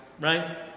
right